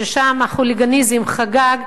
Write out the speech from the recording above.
ששם החוליגניזם חגג,